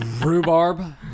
rhubarb